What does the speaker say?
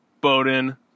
Bowden